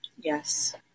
Yes